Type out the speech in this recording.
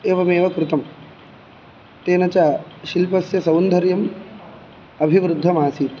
एवमेव कृतं तेन च शिल्पस्य सौन्दर्यम् अभिवृद्धमासीत्